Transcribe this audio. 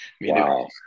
Wow